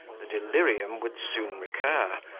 the delirium would soon recur,